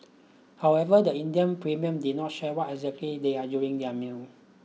however the Indian premier did not share what exactly they ate during their meal